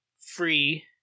free